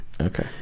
Okay